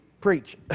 preach